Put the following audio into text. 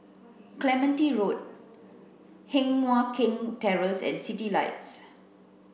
Clementi Road Heng Mui Keng Terrace and Citylights